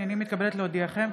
הינני מתכבדת להודיעכם,